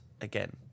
again